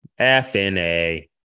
FNA